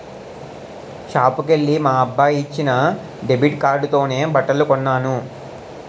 షాపుకెల్లి మా అబ్బాయి ఇచ్చిన డెబిట్ కార్డుతోనే బట్టలు కొన్నాను